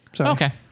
Okay